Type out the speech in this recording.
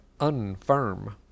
unfirm